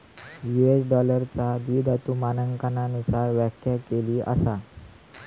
US डॉलरचा द्विधातु मानकांनुसार व्याख्या केली असा